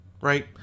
right